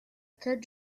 occured